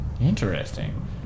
Interesting